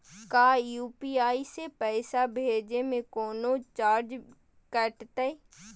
का यू.पी.आई से पैसा भेजे में कौनो चार्ज कटतई?